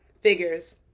Figures